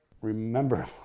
remember